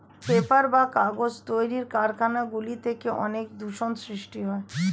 paper বা কাগজ তৈরির কারখানা গুলি থেকে অনেক দূষণ সৃষ্টি হয়